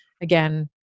again